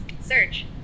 search